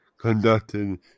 conducted